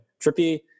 Trippy